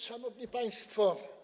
Szanowni Państwo!